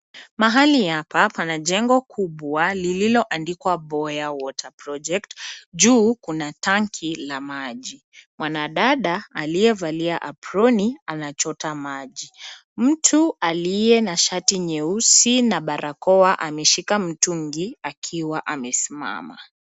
Mahali hapa pana jengo lililoandikwa Boya water Project. Juu kuna tangi la maji. Mwanadada aliyevalia aproni anachota maji. Mtu aliye na shati nyeusi na barakoa ameshika mtungi akiwa amesimama.